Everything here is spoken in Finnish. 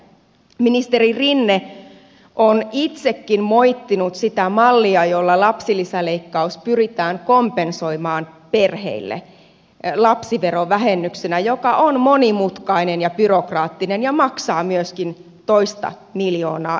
ministeri rinne on itsekin moittinut sitä mallia jolla lapsilisäleikkaus pyritään kompensoimaan perheille lapsiverovähennyksenä joka on monimutkainen ja byrokraattinen ja maksaa myöskin toista miljoonaa euroa